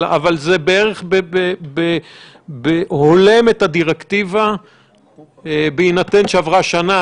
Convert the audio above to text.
אבל זה בערך הולם את הדירקטיבה בהינתן שעברה שנה,